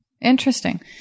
interesting